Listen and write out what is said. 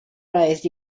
raised